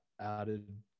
added